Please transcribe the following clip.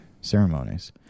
ceremonies